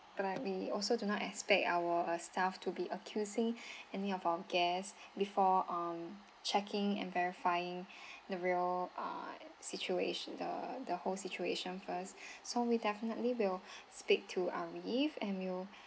but that we also do not expect our staff to be accusing any of our guest before um checking and verifying the real err situation the the whole situation first so we definitely will speak to arif and we'll